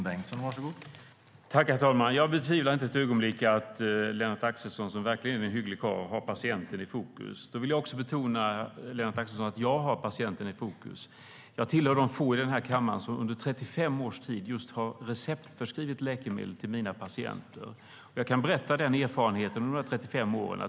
Herr talman! Jag betvivlar inte ett ögonblick att Lennart Axelsson, som verkligen är en hygglig karl, har patienten i fokus. Jag vill betona att jag också har patienten i fokus, Lennart Axelsson. Jag tillhör de få i den här kammaren som under 35 års tid har receptförskrivit läkemedel till mina patienter. Jag kan berätta om min erfarenhet från dessa 35 år.